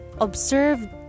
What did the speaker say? observe